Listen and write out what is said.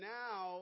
now